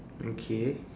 okay